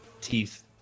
teeth